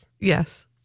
Yes